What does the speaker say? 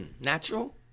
Natural